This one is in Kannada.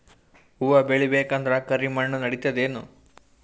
ಹುವ ಬೇಳಿ ಬೇಕಂದ್ರ ಕರಿಮಣ್ ನಡಿತದೇನು?